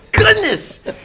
goodness